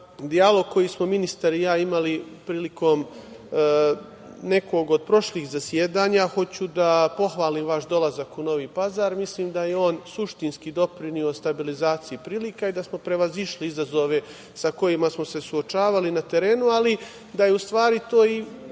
dijalog koji smo ministar i ja imali prilikom nekog od prošlih zasedanja. Hoću da pohvalim vaš dolazak u Novi Pazar. Mislim da je on suštinski doprineo stabilizaciji prilika i da smo prevazišli izazove sa kojima smo se suočavali na terenu, ali da je u stvari to i